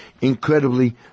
incredibly